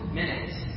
minutes